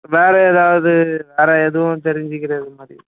வேறு ஏதாவது வேறு எதுவும் தெரிஞ்சுக்கிறது மாதிரி